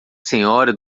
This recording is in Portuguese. senhora